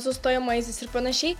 su stojamaisiais ir panašiai